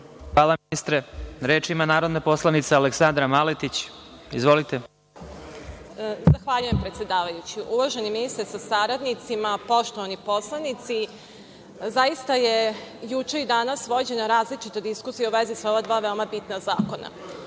Hvala, ministre. Reč ima narodna poslanica Aleksandra Maletić. Izvolite. **Aleksandra Maletić** Zahvaljujem, predsedavajući. Uvaženi ministra sa saradnicima, poštovani poslanici, zaista je juče i danas vođena različita diskusija u vezi sa ova dva veoma bitna zakona.